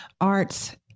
arts